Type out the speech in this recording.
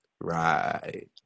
Right